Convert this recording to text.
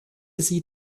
sie